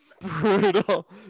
Brutal